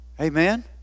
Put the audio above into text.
Amen